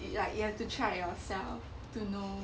like you have to try it yourself to know